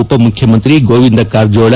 ಉಪಮುಖ್ಯಮಂತ್ರಿ ಗೋವಿಂದ ಕಾರಜೋಳ